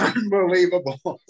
Unbelievable